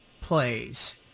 plays